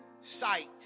sight